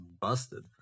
busted